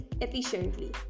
efficiently